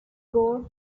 gore